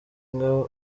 mwe